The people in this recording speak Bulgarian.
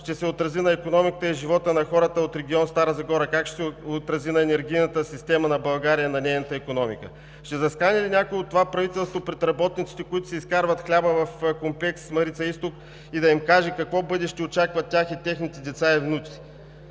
ще се отрази на икономиката и живота на хората от регион Стара Загора? Как ще се отрази на енергийната система на България и на нейната икономика? Ще застане ли някой от това правителство пред работниците, които си изкарват хляба в Комплекс „Марица изток“ и да им каже какво бъдеще очаква тях, техните деца и внуци?